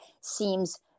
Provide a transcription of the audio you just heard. seems